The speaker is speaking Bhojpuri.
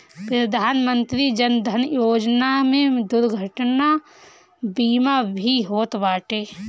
प्रधानमंत्री जन धन योजना में दुर्घटना बीमा भी होत बाटे